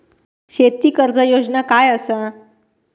शेती कर्ज योजना काय असा?